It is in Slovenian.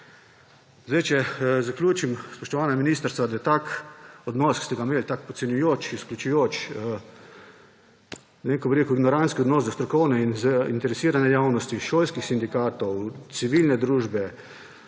Če zaključim, spoštovana ministrica, tak odnos, ki ste ga imeli, tak podcenjujoč, izključujoč, ne vem, kako bi rekel, ignorantski odnos do strokovne in zainteresirane javnosti, šolskih sindikatov, civilne družbe,